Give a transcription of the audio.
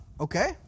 Okay